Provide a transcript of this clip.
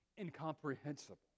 incomprehensible